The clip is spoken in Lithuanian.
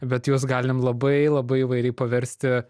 bet juos galim labai labai įvairiai paversti